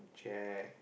check